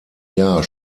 jahr